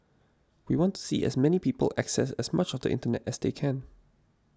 we want to see as many people access as much of the internet as they can